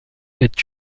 est